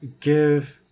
give